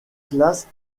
classes